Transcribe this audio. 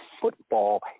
football